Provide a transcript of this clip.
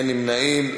אין נמנעים,